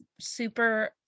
super